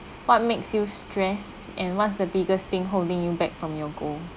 what makes you stress and what's the biggest thing holding you back from your goal